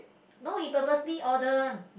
no is purposely order